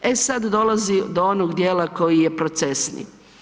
E sad dolazi do onog dijela koji je procesni.